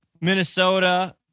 Minnesota